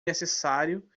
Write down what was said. necessário